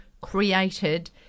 created